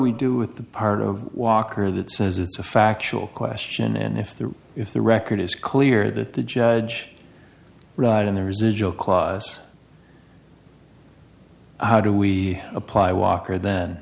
we do with the part of walker that says it's a factual question and if the if the record is clear that the judge right in the residual clause how do we apply walker then